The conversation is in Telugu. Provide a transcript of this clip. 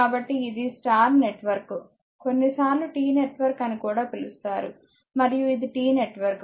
కాబట్టి ఇది స్టార్ నెట్వర్క్ కొన్నిసార్లు T నెట్వర్క్ అని కూడా పిలుస్తారు మరియు ఇది T నెట్వర్క్